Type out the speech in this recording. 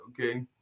Okay